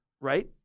right